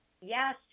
Yes